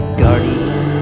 guardian